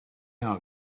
are